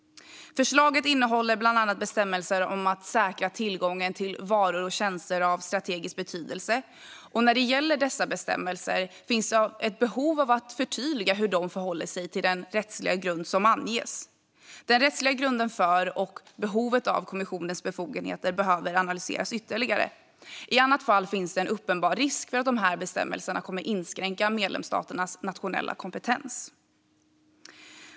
Förslaget innehåller bland annat bestämmelser om att säkra tillgången till varor och tjänster av strategisk betydelse. Det finns ett behov av att förtydliga hur dessa bestämmelser förhåller sig till den rättsliga grund som anges. Den rättsliga grunden för och behovet av kommissionens befogenheter behöver analyseras ytterligare - i annat fall finns det en uppenbar risk för att dessa bestämmelser kommer att inskränka medlemsstaternas nationella kompetens.